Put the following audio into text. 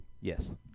yes